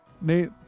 Nate